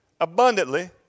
abundantly